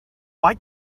why